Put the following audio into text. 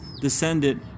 descended